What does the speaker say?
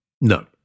No